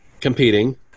competing